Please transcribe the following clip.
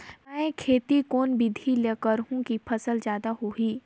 मै खेती कोन बिधी ल करहु कि फसल जादा होही